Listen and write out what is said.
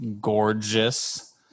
gorgeous